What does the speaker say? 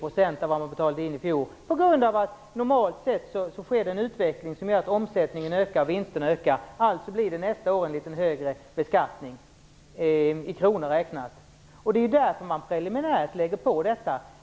Man kan t.ex. betala in 110 % av vad man betalade året eftersom det normalt sett sker en utveckling som gör att omsättningen och vinsterna ökar, alltså blir det nästa år en litet högre beskattning i kronor räknat. Det är därför man preliminärt lägger på detta.